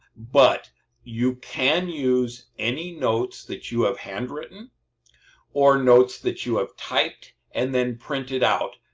but you can use any notes that you have handwritten or notes that you have typed and then print it out.